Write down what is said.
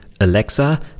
Alexa